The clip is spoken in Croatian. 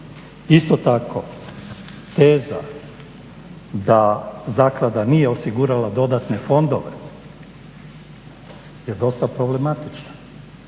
Isto tako teza da zaklada nije osigurala dodatne fondove je dosta problematična,